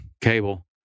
cable